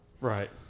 Right